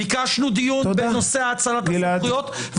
ביקשנו דיון בנושא האצלת הסמכויות,